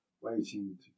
waiting